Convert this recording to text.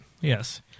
Yes